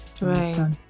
Right